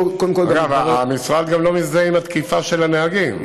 אגב, המשרד גם לא מזדהה עם התקיפה של הנהגים.